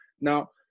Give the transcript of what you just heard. now